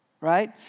right